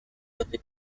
liver